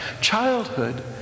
childhood